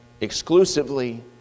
exclusively